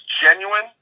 genuine